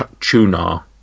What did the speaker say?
chunar